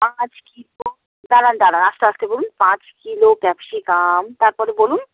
পাঁচ কিলো দাঁড়ান দাঁড়ান আস্তে আস্তে বলুন পাঁচ কিলো ক্যাপসিকাম তারপরে বলুন